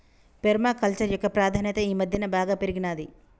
పేర్మ culture యొక్క ప్రాధాన్యత ఈ మధ్యన బాగా పెరిగినాది